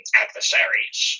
adversaries